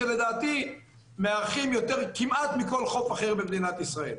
שלדעתי מארחים יותר כמעט מכל חוף אחר במדינת ישראל.